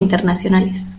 internacionales